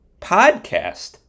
podcast